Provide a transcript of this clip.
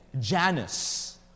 Janus